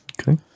Okay